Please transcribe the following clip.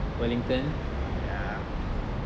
ya